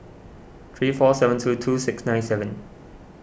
three four seven two two six nine seven